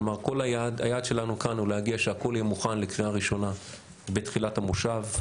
כלומר היעד שלנו כאן הוא שהכול יהיה מוכן לקריאה ראשונה בתחילת המושב,